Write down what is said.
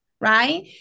Right